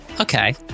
okay